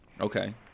Okay